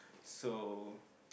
so